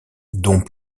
dont